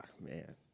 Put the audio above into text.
Man